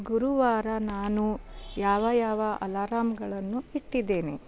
ಗುರುವಾರ ನಾನು ಯಾವ ಯಾವ ಅಲರಾಂಗಳನ್ನು ಇಟ್ಟಿದ್ದೇನೆ